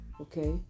okay